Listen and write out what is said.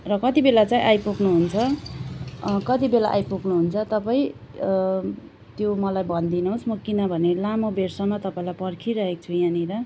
र कति बेला चाहिँ आइपुग्नु हुन्छ कति बेला आइपुग्नु हुन्छ तपाईँ त्यो मलाई भनिदिनु होस् म किनभने लामो बेरसम्म तपाईँलाई पर्खिरहेको छु यहाँनिर